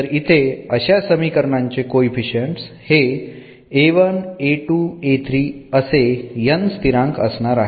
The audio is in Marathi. तर इथे अशा समीकरणाचे कोएफीशंट्स हे असे n स्थिरांक असणार आहेत